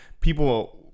people